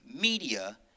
media